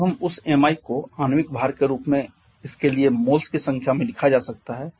जब हम उस mi को आणविक भार के रूप में इसके लिए मोल्स की संख्या में लिखा जा सकता है